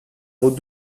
vos